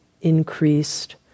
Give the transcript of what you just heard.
increased